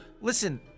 Listen